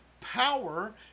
power